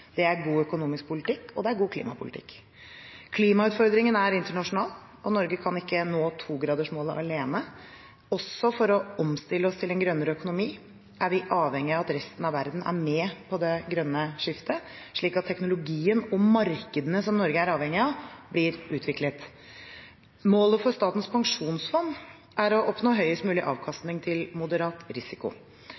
Det er god økonomisk politikk, og det er god klimapolitikk. Klimautfordringen er internasjonal. Norge kan ikke nå togradersmålet alene. Også for å omstille oss til en grønnere økonomi er vi avhengig av at resten av verden er med på det grønne skiftet, slik at teknologien og markedene som Norge er avhengig av, blir utviklet. Målet for Statens pensjonsfond er å oppnå høyest mulig avkastning til moderat risiko.